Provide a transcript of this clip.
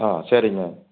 ஆ சரிங்க